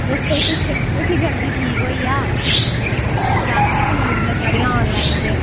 जल्दी ठीक होई गेआ क्लासां बी लगदियां साढ़ियां आनलाईन ते